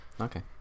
okay